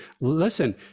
listen